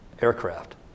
aircraft